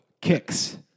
Kicks